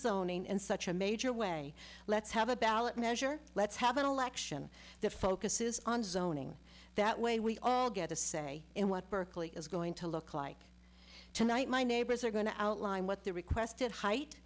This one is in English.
zoning in such a major way let's have a ballot measure let's have an election that focuses on zoning that way we all get a say in what berkeley is going to look like tonight my neighbors are going to outline what the requested height